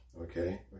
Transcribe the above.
okay